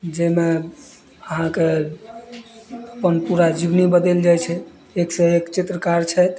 जाहिमे अहाँके अपन पूरा जीवनी बदैल जाइ छै एकसँ एक चित्रकार छै